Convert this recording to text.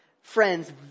Friends